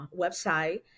website